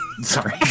Sorry